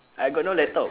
I got no laptop